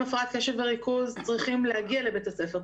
הפרעת קשב וריכוז צריכים להגיע לבית הספר,